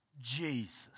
Jesus